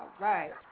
right